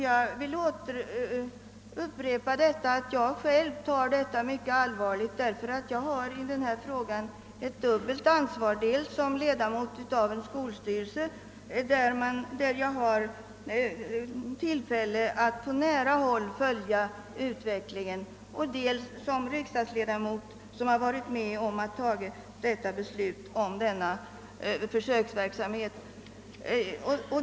Jag vill upprepa att jag själv tar detta mycket allvarligt. Jag har i denna fråga ett dubbelt ansvar, dels som ledamot av en skolstyrelse där jag har tillfälle att på nära håll följa utvecklingen, dels som riksdagsledamot som varit med om att fatta beslut om denna försöksverksamhet.